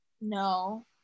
no